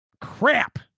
Crap